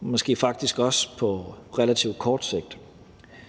måske faktisk også på relativt kort sigt.